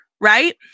right